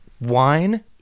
wine